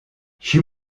she